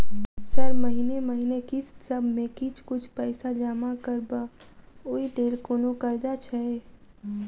Sir महीने महीने किस्तसभ मे किछ कुछ पैसा जमा करब ओई लेल कोनो कर्जा छैय?